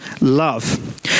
love